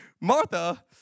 Martha